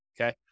okay